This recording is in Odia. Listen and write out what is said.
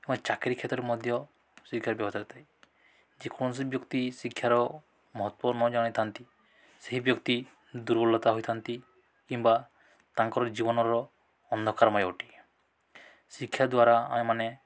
ଏବଂ ଚାକିରୀ କ୍ଷେତ୍ରରେ ମଧ୍ୟ ଶିକ୍ଷାର ଥାଏ ଯେକୌଣସି ବ୍ୟକ୍ତି ଶିକ୍ଷାର ମହତ୍ତ୍ୱ ଜାଣିନଥାନ୍ତି ସେହି ବ୍ୟକ୍ତି ଦୁର୍ବଲତା ହୋଇଥାନ୍ତି କିମ୍ବା ତାଙ୍କର ଜୀବନର ଅନ୍ଧକାରମୟ ଅଟେ ଶିକ୍ଷା ଦ୍ୱାରା ଆମେ ମାନେ